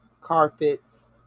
carpets